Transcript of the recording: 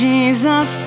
Jesus